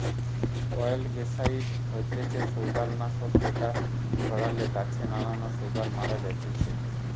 অয়েলগেসাইড হতিছে শৈবাল নাশক যেটা ছড়ালে গাছে নানান শৈবাল মারা জাতিছে